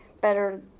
better